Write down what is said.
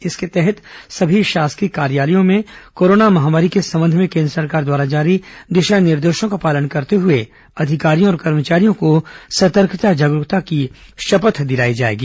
इसके तहत सभी शासकीय कार्यालयों में कोरोना महामारी के संबंध में केन्द्र सरकार द्वारा जारी दिशा निर्देशों का पालन करते हुए अधिकारियों और कर्मचारियों को सतर्कता जागरूकता की शपथ दिलाई जाएगी